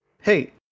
Hey